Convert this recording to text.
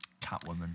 Catwoman